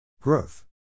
Growth